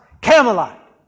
Camelot